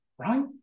right